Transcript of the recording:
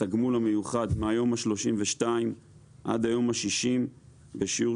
התגמול המיוחד מהיום ה-32 עד היום ה-60 בשיעור